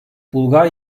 bulgar